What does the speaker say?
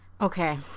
okay